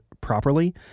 properly